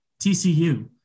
TCU